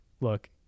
look